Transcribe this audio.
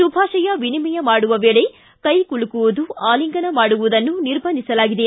ಶುಭಾಶಯ ವಿನಿಮಯ ಮಾಡುವ ವೇಳೆ ಕೈ ಕುಲುಕುವುದು ಆಲಿಂಗನ ಮಾಡುವುದನ್ನು ನಿರ್ಬಂಧಿಸಲಾಗಿದೆ